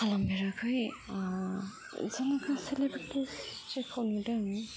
खालामफेराखै जों सेलेब्रिटिस जेखौ नुदों